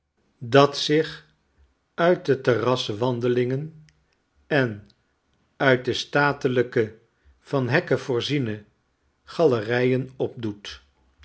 dat zich uit de terraswandelingen en uit de statelijke van hekken voorziene galerijen opdoet